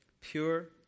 Pure